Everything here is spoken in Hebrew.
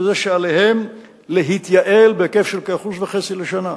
וזה שעליהם להתייעל בהיקף של כ-1.5% לשנה.